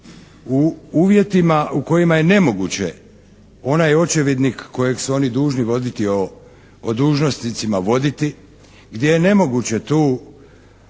u uvjetima u kojima je nemoguće, onaj očevidnik kojeg su oni dužni voditi o dužnosnicima voditi gdje je nemoguće tu